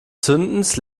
zündens